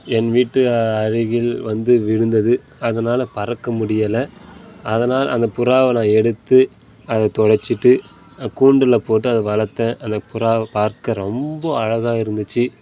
என் வீட்டு அருகில் வந்து விழுந்தது அதனால் பறக்க முடியலை அதனால் அந்த புறாவை நான் எடுத்து அதை துடைச்சிட்டு கூண்டில் போட்டு அதை வளர்த்தேன் அந்த புறாவை பார்க்க ரொம்ப அழகாக இருந்துச்சு